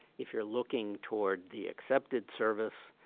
if you're looking toward the excepted service,